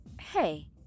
Hey